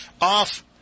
off